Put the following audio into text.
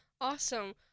awesome